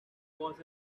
was